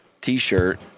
T-shirt